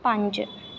पंज